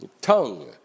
tongue